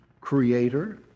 creator